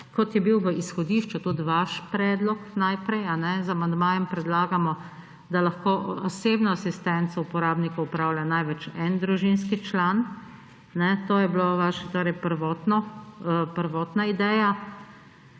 kot je bil v izhodišču tudi vaš predlog naprej. Z amandmajem predlagamo, da lahko osebno asistenco uporabnikov opravlja največ en družinski član. To je bila vaša prvotna ideja.